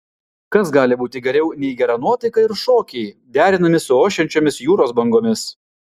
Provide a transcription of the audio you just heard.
kas gali būti geriau nei gera nuotaika ir šokiai derinami su ošiančiomis jūros bangomis